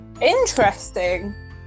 Interesting